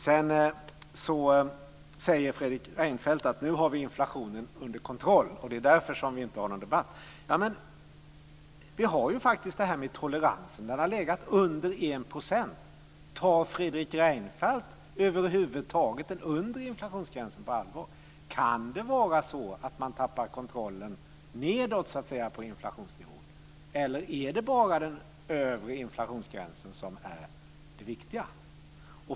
Sedan säger Fredrik Reinfeldt att vi nu har inflationen under kontroll och att det är därför som vi inte har någon debatt. Men vi har ju faktiskt det här med toleransen. Den har legat under 1 %. Tar Fredrik Reinfeldt över huvud taget den undre inflationsgränsen på allvar? Kan det vara så att man tappar kontrollen nedåt, så att säga, på inflationsnivån? Eller är det bara den övre inflationsgränsen som är det viktiga?